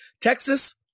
Texas